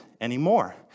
anymore